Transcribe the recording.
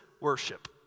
worship